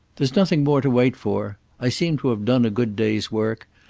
there's nothing more to wait for i seem to have done a good day's work.